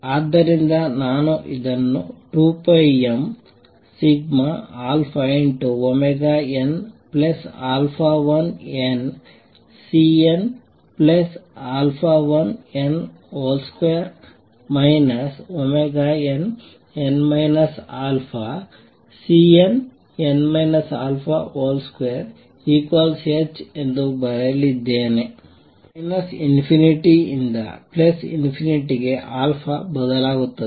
ಆದ್ದರಿಂದ ನಾನು ಇದನ್ನು 2πmnαn|Cnαn |2 nn α|Cnn α |2h ಎಂದು ಬರೆಯಲಿದ್ದೇನೆ ∞ ರಿಂದ ಗೆ ಬದಲಾಗುತ್ತದೆ